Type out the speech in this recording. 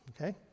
Okay